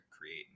create